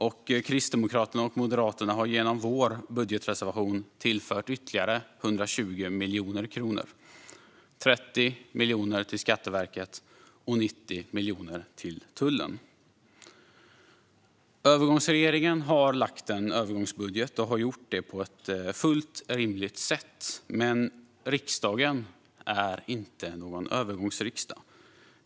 Vi i Kristdemokraterna och Moderaterna har genom vår budgetreservation tillfört ytterligare 120 miljoner kronor. 30 miljoner går till Skatteverket, och 90 miljoner går till tullen. Övergångsregeringen har lagt fram en övergångsbudget och har gjort det på ett sätt som är fullt rimligt. Men riksdagen är ingen övergångsriksdag.